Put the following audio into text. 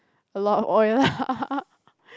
a lot of oil lah